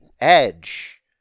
Edge